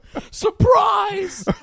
Surprise